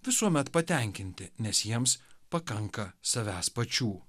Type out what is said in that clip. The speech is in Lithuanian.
visuomet patenkinti nes jiems pakanka savęs pačių